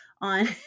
on